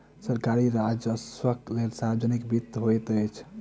सरकारी राजस्वक लेल सार्वजनिक वित्त होइत अछि